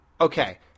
okay